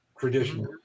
traditional